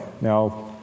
Now